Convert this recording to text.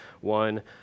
one